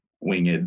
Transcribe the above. winged